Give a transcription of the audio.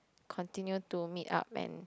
continue to meet up and